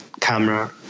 camera